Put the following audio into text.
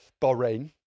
Bahrain